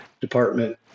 department